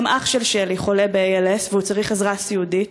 גם אח של שלי חולה ב-ALS והוא צריך עזרה סיעודית,